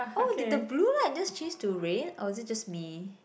oh did the blue light just change to red or is it just me